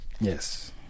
Yes